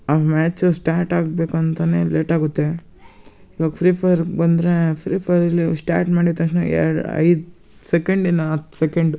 ಆ match start ಆಗಬೇಕು ಅಂತಲೇ ಲೇಟಾಗುತ್ತೆ ಇವಾಗ ಫ್ರೀ ಫೈಯರ್ಗ್ ಬಂದರೆ ಫ್ರೀ ಫೈಯರ್ ಇಲ್ಲೂ ಸ್ಟಾಟ್ ಮಾಡಿದ ತಕ್ಷಣ ಎರಡು ಐದು ಸೆಕೆಂಡಿನ ಹತ್ತು ಸೆಕೆಂಡು